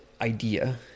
idea